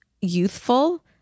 youthful